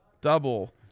double